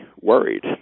worried